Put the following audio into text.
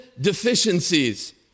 deficiencies